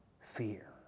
fear